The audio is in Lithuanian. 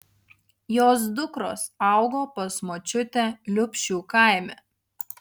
jos dukros augo pas močiutę liupšių kaime